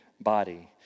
body